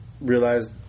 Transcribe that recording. realized